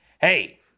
Hey